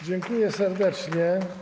Dziękuję serdecznie.